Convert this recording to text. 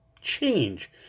change